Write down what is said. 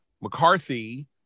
McCarthy